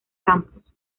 campos